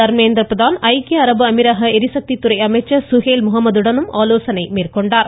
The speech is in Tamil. தர்மேந்திர பிரதான் ஐக்கிய அரபு அமீரக ளிசக்தி துறை அமைச்சர் சுஹேய்ல் முகமதுவுடனும் ஆலோசனை மேற்கொண்டார்